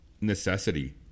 necessity